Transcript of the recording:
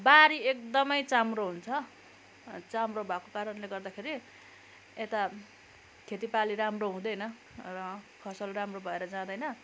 बारी एकदमै चाम्रो हुन्छ चाम्रो भएको कारणले गर्दाखेरि यता खेती बाली राम्रो हुँदैन र फसल राम्रो भएर जाँदैन